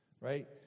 right